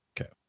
okay